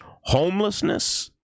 homelessness